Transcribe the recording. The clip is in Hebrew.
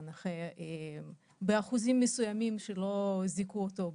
נכה באחוזים מסוימים שלא זיכו אותו,